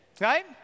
right